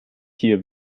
hier